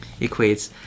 equates